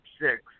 six